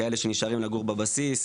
כאלה שנשארים לגור בבסיס,